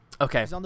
Okay